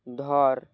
ধর